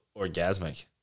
Orgasmic